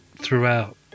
throughout